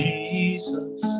Jesus